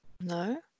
No